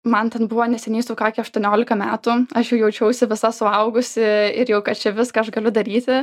man ten buvo neseniai sukakę aštuoniolika metų aš jau jaučiausi visa suaugusi ir jau kad čia viską aš galiu daryti